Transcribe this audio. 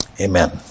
Amen